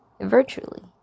virtually